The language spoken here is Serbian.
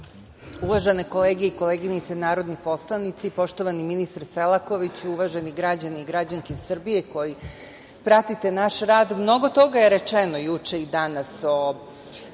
koleginice i kolege narodni poslanici, poštovani ministre Selakoviću, uvaženi građani i građanke Srbije koji pratite naš rad, mnogo toga je rečeno juče i danas o